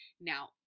Now